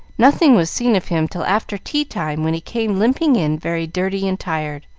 nothing was seen of him till after tea-time, when he came limping in, very dirty and tired,